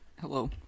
Hello